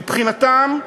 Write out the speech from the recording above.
מבחינתם,